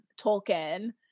Tolkien